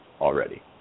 already